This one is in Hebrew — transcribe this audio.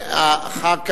ואחריו,